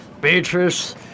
Beatrice